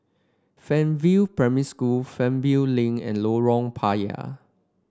Fernvale Primary School Fernvale Link and Lorong Payah